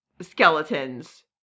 skeletons